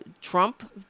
Trump